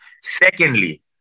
Secondly